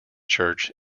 church